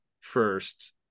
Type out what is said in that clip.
first